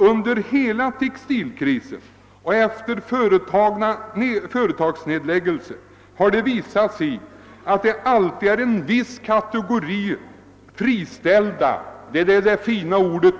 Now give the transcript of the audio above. Under hela textilkrisen med alla dess nedläggningar har det visat sig att det alltid är en viss kategori friställda — det fina ordet